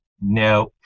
no